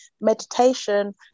meditation